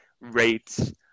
rates